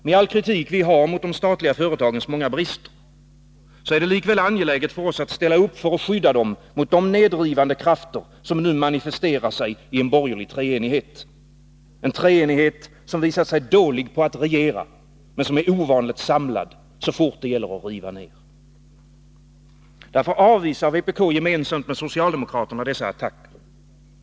Med all kritik vi har mot de statliga företagens många brister är det likväl angeläget för oss att ställa upp för att skydda dem mot de nedrivande krafter som nu manifesterar sig i en borgerlig treenighet — en treenighet som visat sig dålig på att regera, men som är ovanligt samlad så fort det gäller att riva ner. Därför avvisar vpk gemensamt med socialdemokraterna dessa attacker.